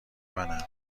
منن